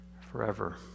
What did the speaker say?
forever